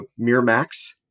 Miramax